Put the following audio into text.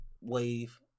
wave